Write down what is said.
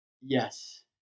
yes